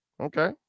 Okay